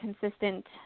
consistent